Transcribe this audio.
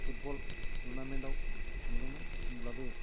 football tournament आव थांदोंमोन होमब्लाबो